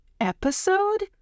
episode